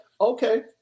okay